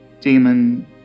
Demon